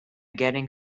getting